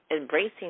embracing